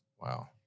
Wow